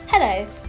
Hello